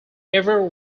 ever